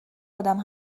ادم